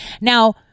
Now